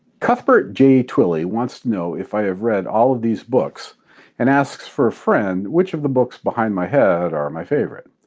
cuthbert j. twillie wants to know if i have read all of these books and asks for a friend which of the books behind my head are my favorite.